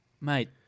Mate